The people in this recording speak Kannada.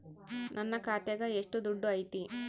ನನ್ನ ಖಾತ್ಯಾಗ ಎಷ್ಟು ದುಡ್ಡು ಐತಿ?